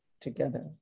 together